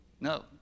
no